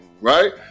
right